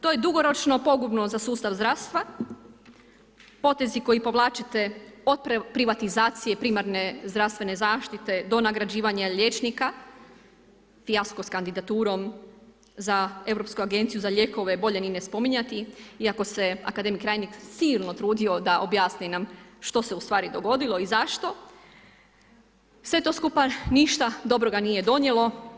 To je dugoročno pogubno za sustav zdravstva, potezi koje povlačite od privatizacije primarne zdravstvene zaštite do nagrađivanja liječnika, fijasko sa kandidaturom za Europsku agenciju za lijekove bolje ni ne spominjati iako se akademik Reiner silno trudio da objasni nam što se ustvari dogodilo i zašto, sve to skupa ništa dobroga nije donijelo.